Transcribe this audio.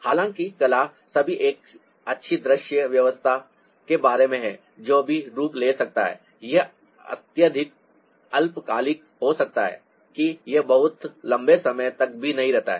हालांकि कला सभी एक अच्छी दृश्य व्यवस्था के बारे में है जो भी रूप ले सकता है यह अत्यधिक अल्पकालिक हो सकता है कि यह बहुत लंबे समय तक भी नहीं रहता है